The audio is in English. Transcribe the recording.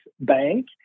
bank